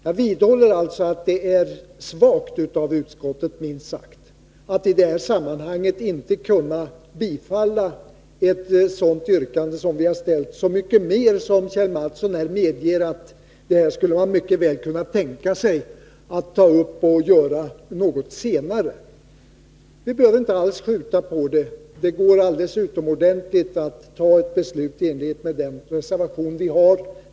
Jag vidhåller alltså att det är minst sagt svagt av utskottet att i det här sammanhanget inte kunna tillstyrka ett sådant yrkande som vi har framställt, så mycket mer som Kjell Mattsson här medger att det skulle man mycket väl kunna tänka sig att göra något senare. Vi behöver inte alls skjuta på det. Det går alldeles utomordentligt att ta ett beslut i enlighet med vår reservation.